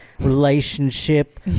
relationship